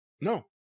No